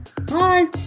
Bye